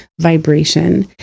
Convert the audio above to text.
vibration